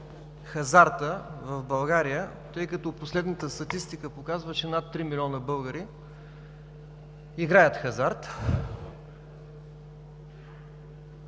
тъй като последната статистика показва, че над три милиона българи играят хазарт.